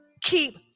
keep